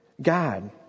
God